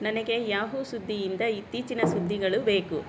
ನನಗೆ ಯಾಹೂ ಸುದ್ದಿಯಿಂದ ಇತ್ತೀಚಿನ ಸುದ್ದಿಗಳು ಬೇಕು